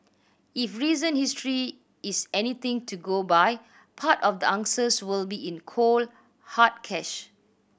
if recent history is anything to go by part of the answers will be in cold hard cash